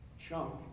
chunk